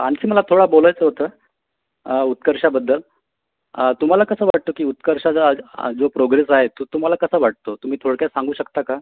आणखी मला थोडं बोलायचं होतं उत्कर्षाबद्दल तुम्हाला कसं वाटतं की उत्कर्षाचा हा जो हा जो प्रोग्रेस आहे तो तुम्हाला कसा वाटतो तुम्ही थोडक्यात सांगू शकता का